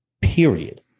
period